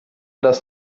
das